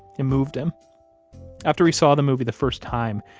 it moved him after he saw the movie the first time,